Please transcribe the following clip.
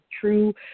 true